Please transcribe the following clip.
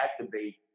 activate